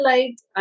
Lights